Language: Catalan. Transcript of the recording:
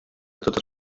totes